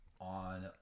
on